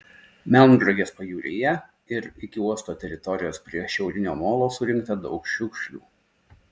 melnragės pajūryje ir iki uosto teritorijos prie šiaurinio molo surinkta daug šiukšlių